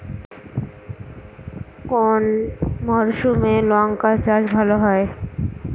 কোন মরশুমে লঙ্কা চাষ ভালো হয়?